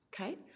Okay